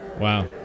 wow